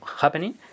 happening